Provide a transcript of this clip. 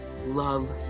love